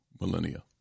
millennia